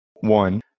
one